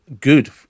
good